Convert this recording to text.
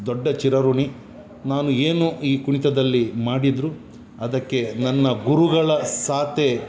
ದೊಡ್ಡ ಚಿರಋಣಿ ನಾನು ಏನು ಈ ಕುಣಿತದಲ್ಲಿ ಮಾಡಿದರು ಅದಕ್ಕೆ ನನ್ನ ಗುರುಗಳ ಸಾಥೆ